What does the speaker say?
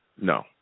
no